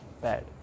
bad